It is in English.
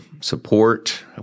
support